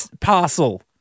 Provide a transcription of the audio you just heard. parcel